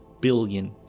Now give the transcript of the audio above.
billion